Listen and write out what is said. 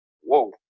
whoa